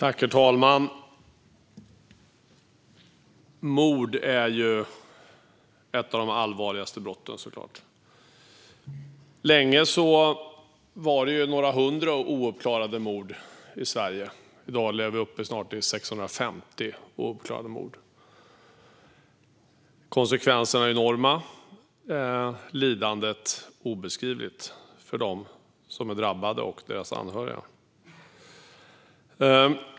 Herr talman! Mord är såklart ett av de allvarligaste brotten. Länge var det några hundra ouppklarade mord i Sverige. I dag är vi snart uppe i 650 ouppklarade mord. Konsekvenserna är enorma, och lidandet är obeskrivligt för de drabbade och deras anhöriga.